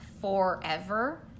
forever